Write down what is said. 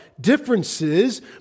differences